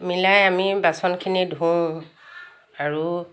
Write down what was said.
মিলাই আমি বাচনখিনি ধুওঁ আৰু